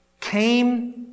came